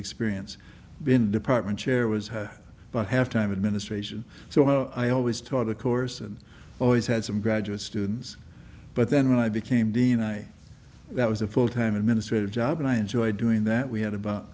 experience been department chair was had by half time administration so i always taught a course and always had some graduate students but then when i became dean i that was a full time administrative job and i enjoyed doing that we had about